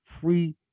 free